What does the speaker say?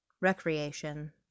recreation